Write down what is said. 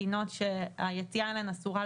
והכוונה למדינות שהיציאה אליהן אסורה,